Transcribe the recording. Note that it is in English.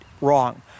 wrong